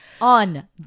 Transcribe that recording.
on